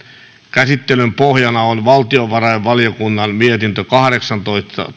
käsittelyn pohjana on valtiovarainvaliokunnan mietintö kahdeksantoista